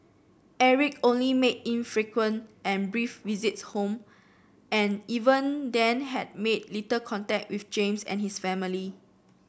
Eric only made infrequent and brief visits home and even then had made little contact with James and his family